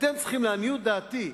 אתם צריכים, לעניות דעתי,